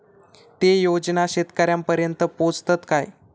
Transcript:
ते योजना शेतकऱ्यानपर्यंत पोचतत काय?